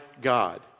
God